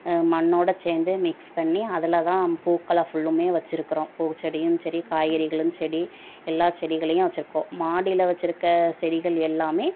மண்ணோடய சேர்ந்து மிக்ஸ் பண்ணி அதில் தான் பூக்களை ஃபுல்லும் வச்சிருக்கிறோம் பூச்செடியும் சரி காய்கறிகளும் செடி எல்லா செடிகளையும் வச்சிருக்கோம் மாடியில் வச்சிருக்க செடிகள் எல்லாம்